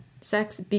sex